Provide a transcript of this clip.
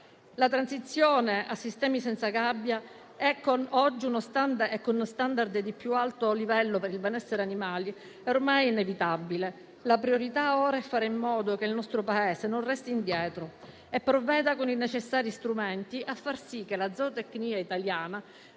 La transizione a sistemi senza gabbia è lo *standard* di più alto livello per il benessere animale, ormai inevitabile. La priorità ora è fare in modo che il nostro Paese non resti indietro e provveda con i necessari strumenti a far sì che la zootecnia italiana